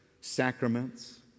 sacraments